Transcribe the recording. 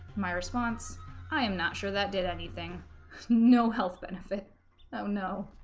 my response i am not sure that did anything no health benefit oh no